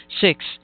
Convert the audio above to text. Six